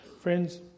Friends